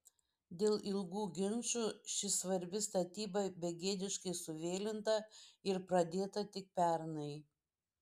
dėl ilgų ginčų ši svarbi statyba begėdiškai suvėlinta ir pradėta tik pernai